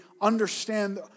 understand